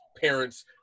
parents